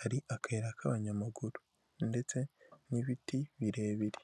hari akayira k'abanyamaguru, ndetse n'ibiti birebire.